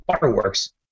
fireworks